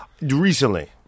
Recently